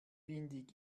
windig